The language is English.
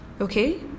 okay